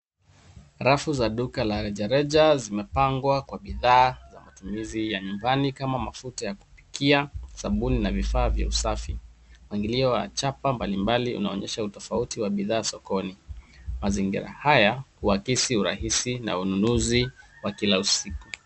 Rafu za duka la reja reja zimepangwa kwa bidhaa na matumizi ya nyumbani kama mafuta ya kupikia ,sabuni na vifaa vya usafi. Mpangilio wa chapa mbalimbali unaonyesha utofauti wa bidhaa sokoni. Mazingira haya uhakisi urahisi na ununuzi wa kila usiku.